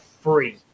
free